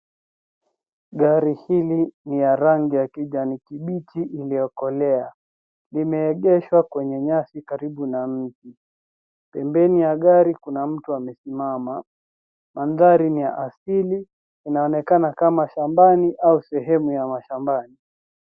Gari hili ni ya rangi ya kijani kibichi iliyokolea. Limeegeshwa kwenye nyasi karibu na mti. Pembeni ya gari kuna mtu amesimama. Mandhari ni ya asili, inaonekana kama shambani au sehemu ya mashambani.